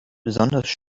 besonders